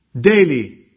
daily